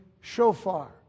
shofar